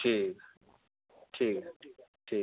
ठीक ठीक ठीक ठीक